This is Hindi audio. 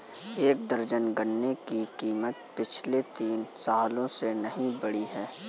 एक दर्जन गन्ने की कीमत पिछले तीन सालों से नही बढ़ी है